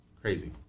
crazy